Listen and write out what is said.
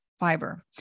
Fiber